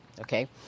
okay